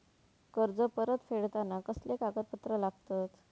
कर्ज परत फेडताना कसले कागदपत्र लागतत?